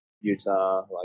Utah